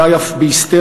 אולי אף בהיסטריה,